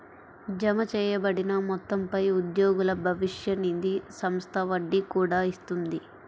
జమచేయబడిన మొత్తంపై ఉద్యోగుల భవిష్య నిధి సంస్థ వడ్డీ కూడా ఇస్తుంది